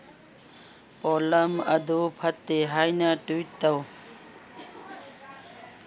ꯄꯣꯠꯂꯝ ꯑꯗꯨ ꯐꯠꯇꯦ ꯍꯥꯏꯅ ꯇ꯭ꯋꯤꯠ ꯇꯧ